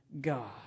God